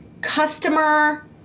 customer